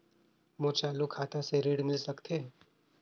मोर चालू खाता से ऋण मिल सकथे?